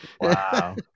Wow